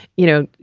you know,